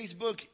Facebook